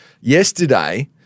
yesterday